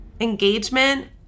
engagement